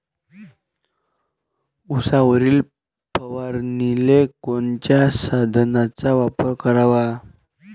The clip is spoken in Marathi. उसावर फवारनीले कोनच्या साधनाचा वापर कराव?